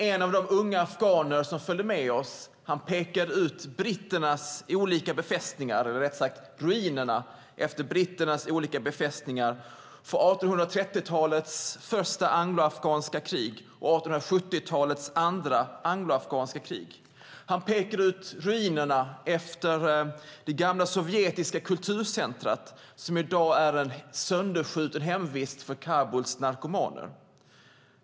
En av de afghaner som följde med oss pekade ut ruinerna efter britternas olika befästningar från 1830-talets första anglo-afghanska krig och 1870-talets andra anglo-afghanska krig. Han pekade också ut ruinerna efter det sovjetiska kulturcentrumet som i dag är en söderskjuten hemvist för Kabuls narkomaner.